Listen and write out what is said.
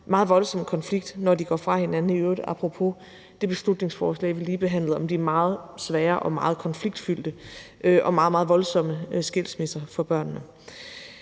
meget voldsomme konflikter, når de går fra hinanden – i øvrigt apropos det beslutningsforslag, vi lige har behandlet, om de meget svære og meget konfliktfyldte og meget, meget voldsomme skilsmisser for børnene.